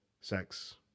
sex